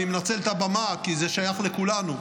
אני מנצל את הבמה כי זה שייך לכולנו,